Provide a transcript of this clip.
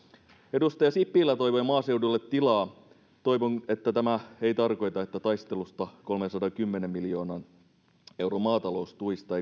edustaja sipilä toivoi maaseudulle tilaa toivon että tämä ei tarkoita että taistelusta kolmensadankymmenen miljoonan euron maataloustuista